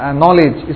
knowledge